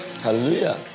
Hallelujah